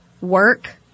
work